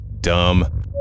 Dumb